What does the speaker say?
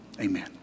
amen